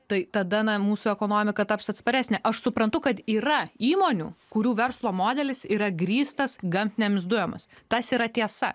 tai tada na mūsų ekonomika taps atsparesnė aš suprantu kad yra įmonių kurių verslo modelis yra grįstas gamtinėmis dujomis tas yra tiesa